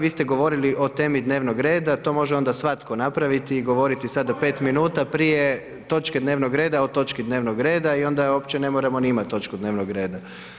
Vi ste govorili o temi dnevnog reda, to onda može svatko napraviti i govoriti sada pet minuta prije točke dnevnog reda o točki dnevnog reda i onda uopće ne moramo ni imati točku dnevnog reda.